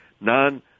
non